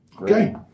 Okay